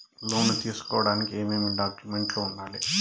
లోను తీసుకోడానికి ఏమేమి డాక్యుమెంట్లు ఉండాలి